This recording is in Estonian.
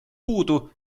puudu